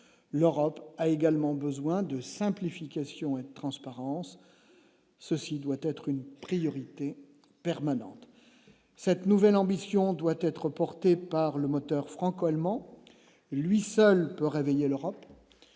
l'Europe a également besoin de simplification et de transparence, ceci doit être une priorité permanente, cette nouvelle ambition doit être porté par le moteur franco-allemand, lui seul peut rêver. L'Europe,